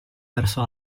verso